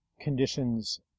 conditions